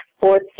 fourth